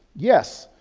yes,